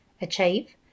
achieve